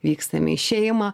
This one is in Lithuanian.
vykstame į šeimą